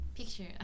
Picture